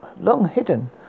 long-hidden